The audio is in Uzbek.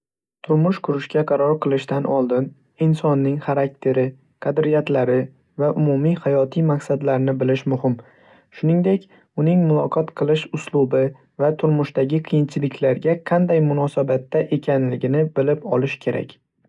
Turmush qurishga qaror qilishdan oldin insonning xarakteri, qadriyatlari va umumiy hayotiy maqsadlarini bilish muhim. Shuningdek, uning muloqot qilish uslubi va turmushdagi qiyinchiliklarga qanday munosabatda ekanligini bilib olish kerak.